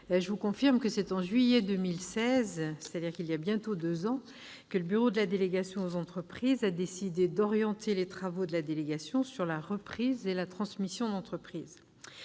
mes chers collègues, c'est en juillet 2016, c'est-à-dire il y a bientôt deux ans, que le bureau de la délégation aux entreprises a décidé d'orienter les travaux de la délégation sur la reprise et la transmission d'entreprise.